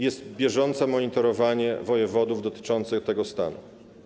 Jest bieżące monitorowanie wojewodów dotyczące tego stanu.